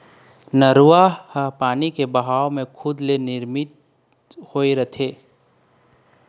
नरूवा ह पानी के बहाव म खुदे ले निरमित होए रहिथे